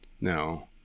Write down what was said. No